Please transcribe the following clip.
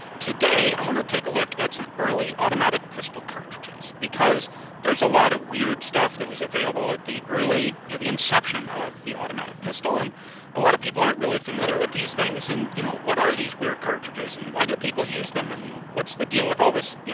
today i want to take a look at some early automatic pistol cartridges, because there's a lot of weird stuff that was available at the. you know inception of the automatic pistol, and a lot of people aren't really familiar with these things. and, you know, what are these weird cartridges? and why did people use them? and what's the deal with all this, you